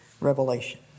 revelation